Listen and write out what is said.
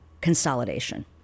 consolidation